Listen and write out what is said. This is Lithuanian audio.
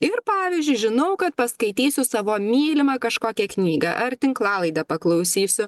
ir pavyzdžiui žinau kad paskaitysiu savo mylimą kažkokią knygą ar tinklalaidę paklausysiu